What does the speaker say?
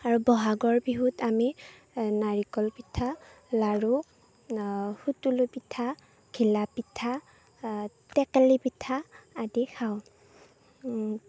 আৰু বহাগৰ বিহুত আমি নাৰিকল পিঠা লাড়ু সুতুলো পিঠা ঘিলা পিঠা টেকেলি পিঠা আদি খাওঁ